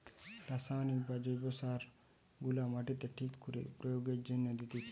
রাসায়নিক বা জৈব সার গুলা মাটিতে ঠিক করে প্রয়োগের জন্যে দিতেছে